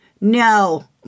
No